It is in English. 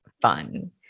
fun